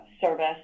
service